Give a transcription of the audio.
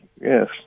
yes